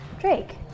Drake